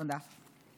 תודה.